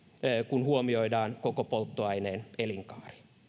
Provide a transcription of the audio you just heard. kun huomioidaan koko polttoaineen elinkaari